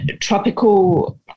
tropical